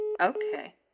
okay